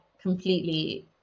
completely